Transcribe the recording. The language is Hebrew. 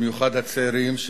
במיוחד הצעירים,